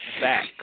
back